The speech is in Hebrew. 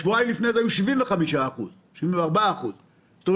ושבועיים לפני זה זה היה 74%. זאת אומרת